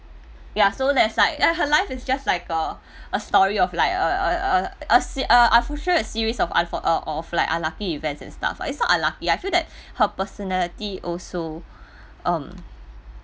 ya so that's like eh her life is just like a a story of like a a a a se~ uh unfortunate~ a series of unfo~ uh of like unlucky events and stuff is not unlucky I feel that her personality also um